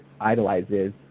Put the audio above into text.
idolizes